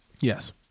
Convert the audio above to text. Yes